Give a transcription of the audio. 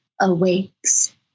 awakes